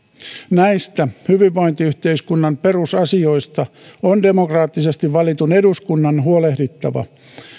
näistä hyvinvointiyhteiskunnan perusasioista on demokraattisesti valitun eduskunnan huolehdittava